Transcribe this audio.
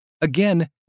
again